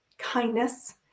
kindness